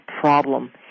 problem